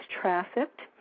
trafficked